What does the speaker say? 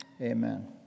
Amen